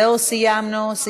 זהו, סיימנו.